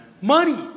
Money